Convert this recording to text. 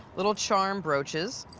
little charm brooches,